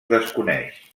desconeix